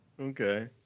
Okay